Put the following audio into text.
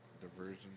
Diversion